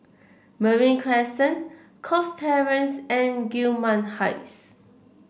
Marine Crescent Cox Terrace and Gillman Heights